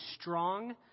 strong